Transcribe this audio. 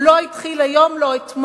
הוא לא התחיל היום, לא אתמול,